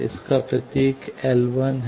इसका प्रतीक L है